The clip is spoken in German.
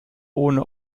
ohne